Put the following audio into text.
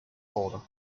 border